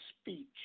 speech